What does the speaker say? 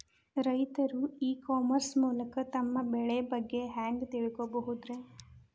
ರೈತರು e commerce ಮೂಲಕ ತಮ್ಮ ಬೆಳಿ ಬಗ್ಗೆ ಹ್ಯಾಂಗ ತಿಳ್ಕೊಬಹುದ್ರೇ?